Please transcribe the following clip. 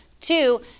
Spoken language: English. Two